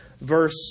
verse